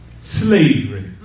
slavery